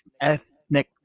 ethnic